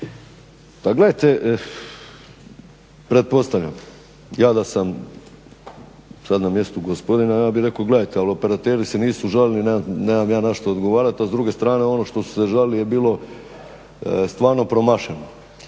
Pa gledajte, pretpostavljam ja da sam sada na mjestu gospodina, ja bih rekao gledajte, ali operateri se nisu žalili, nemam ja na što odgovarati, a s druge strane ono što su se žalili je bilo stvarno promašeno.